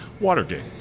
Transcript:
Watergate